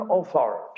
authority